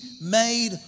made